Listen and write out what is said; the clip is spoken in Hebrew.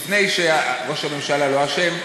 לפני שראש הממשלה לא אשם,